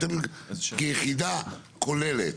אתם כיחידה כוללת?